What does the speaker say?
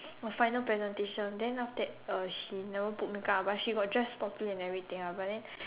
for final presentation then after that uh she never put makeup ah but she got dressed properly and everything ah but then